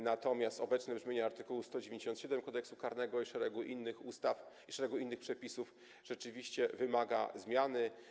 Natomiast obecne brzmienie art. 197 Kodeksu karnego i szeregu innych ustaw, szeregu innych przepisów rzeczywiście wymaga zmiany.